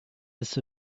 with